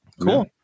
Cool